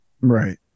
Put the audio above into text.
right